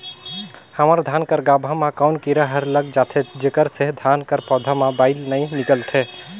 हमर धान कर गाभा म कौन कीरा हर लग जाथे जेकर से धान कर पौधा म बाएल नइ निकलथे?